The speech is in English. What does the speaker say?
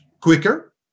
quicker